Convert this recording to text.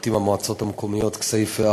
נבטים והמועצות המקומיות כסייפה,